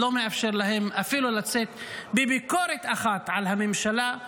לא מאפשר להם אפילו לצאת בביקורת אחת על הממשלה,